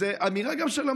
זאת גם אמירה של המערכת,